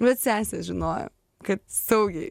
bet sesės žinojo kad saugiai